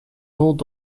old